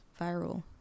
viral